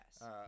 Yes